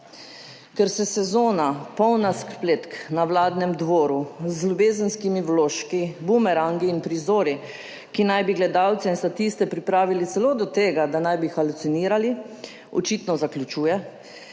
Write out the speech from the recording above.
Ker se sezona, polna spletk na vladnem dvoru, z ljubezenskimi vložki, bumerangi in prizori, ki naj bi gledalce in statiste pripravili celo do tega, da naj bi halucinirali, očitno zaključuje.